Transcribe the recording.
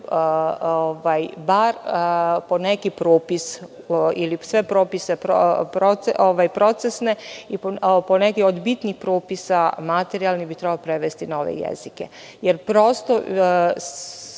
bar po neki propis ili sve propise procesne i poneke od bitnih propisa materijalnih bi trebalo prevesti na ove jezike. Jer, prosto,